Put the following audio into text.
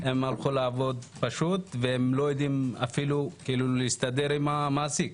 הם הלכו לעבוד ולא יודעים אפילו להסתדר עם המעסיק.